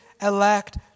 elect